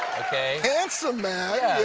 handsome, man!